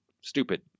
stupid